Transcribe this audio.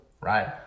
right